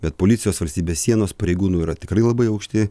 bet policijos valstybės sienos pareigūnų yra tikrai labai aukšti